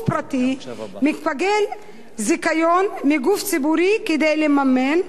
פרטי מקבל זיכיון מגוף ציבורי כדי לממן,